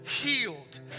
healed